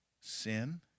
sin